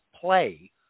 play